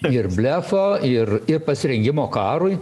ir blefo ir ir pasirengimo karui